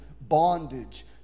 bondage